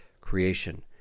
creation